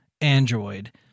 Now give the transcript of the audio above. Android